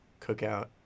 Cookout